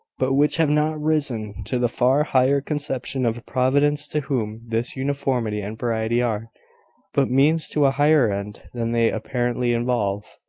but which have not risen to the far higher conception of a providence, to whom this uniformity and variety are but means to a higher end, than they apparently involve.